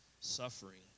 suffering